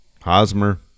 Hosmer